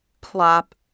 plop